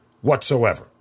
whatsoever